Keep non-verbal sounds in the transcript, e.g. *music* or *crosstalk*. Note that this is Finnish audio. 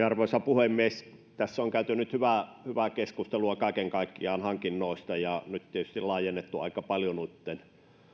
*unintelligible* arvoisa puhemies tässä on käyty nyt hyvää hyvää keskustelua kaiken kaikkiaan hankinnoista ja nyt tietysti laajennettu aika paljon noitten